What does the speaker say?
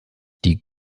die